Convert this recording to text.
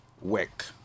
work